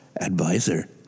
advisor